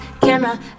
camera